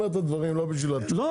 הוא אומר את הדברים לא בשביל --- לא,